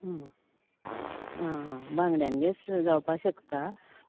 हं आं हां बांगड्यान गॅस जावपा शकता